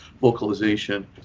vocalization